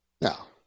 Now